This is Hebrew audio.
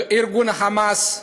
לארגון ה"חמאס".